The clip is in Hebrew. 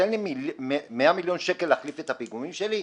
תן לי 100 מיליון שקל להחליף את הפיגומים שלי.